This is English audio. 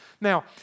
Now